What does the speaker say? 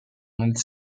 nel